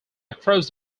across